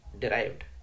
derived